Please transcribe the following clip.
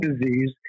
disease